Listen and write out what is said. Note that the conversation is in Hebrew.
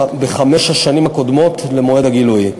בחמש השנים הקודמות למועד הגילוי.